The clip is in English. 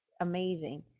amazing